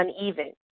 uneven